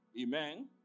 Amen